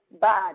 body